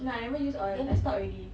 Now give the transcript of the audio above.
no I never use all I stopped already